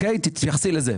תתייחסי לזה,